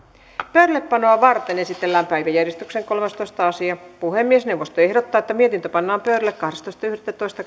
pöydällepanoa varten esitellään päiväjärjestyksen kolmastoista asia puhemiesneuvosto ehdottaa että mietintö pannaan pöydälle kahdestoista yhdettätoista